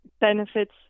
benefits